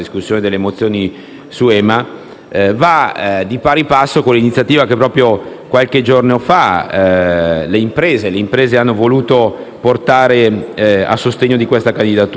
sull'EMA, va di pari passo con l'iniziativa che qualche giorno fa le imprese hanno voluto portare a sostegno di questa candidatura.